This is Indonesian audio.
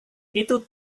itu